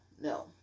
No